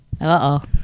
Uh-oh